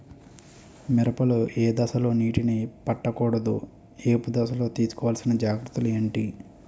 మిరప లో ఏ దశలో నీటినీ పట్టకూడదు? ఏపు దశలో తీసుకోవాల్సిన జాగ్రత్తలు ఏంటి?